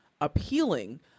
appealing